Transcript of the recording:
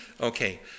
Okay